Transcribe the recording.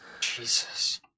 Jesus